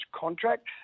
contract